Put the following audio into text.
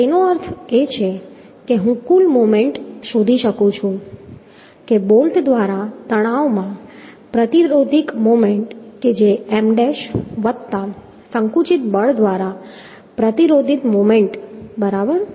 તેનો અર્થ એ છે કે હું કુલ મોમેન્ટ શોધી શકું છું કે બોલ્ટ દ્વારા તણાવમાં પ્રતિરોધિત મોમેન્ટ કે જે M ડેશ વત્તા સંકુચિત બળ દ્વારા પ્રતિરોધિત મોમેન્ટ બરાબર